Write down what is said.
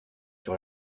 sur